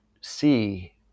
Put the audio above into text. see